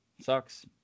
sucks